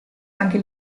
anche